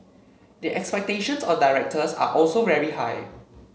the expectations on directors are also very high